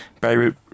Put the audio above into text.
Beirut